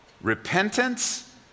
Repentance